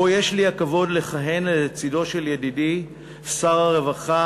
שבו יש לי הכבוד לכהן לצדו של ידידי שר הרווחה